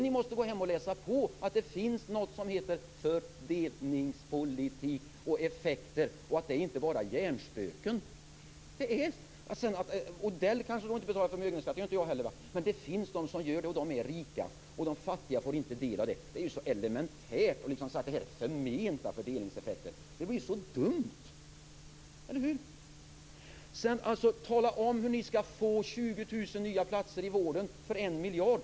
Ni måste gå hem och läsa på och se att det finns någonting som heter fördelningspolitik och effekter. Det är inte bara hjärnspöken. Mats Odell betalar kanske inte förmögenhetsskatt. Det gör inte jag heller. Men det finns de som gör det, och de är rika. De fattiga får inte del av detta. Det är ju så elementärt att säga att detta är förmenta fördelningseffekter. Det blir ju så dumt. Eller hur? Tala om hur ni skall få 20 000 nya platser i vården för 1 miljard!